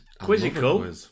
Quizzical